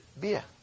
Beer